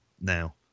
now